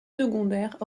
secondaires